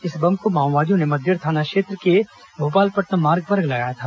इस बम को माओवादियों ने मद्देड़ थाना क्षेत्र के भोपालपट्नम मार्ग पर लगाया था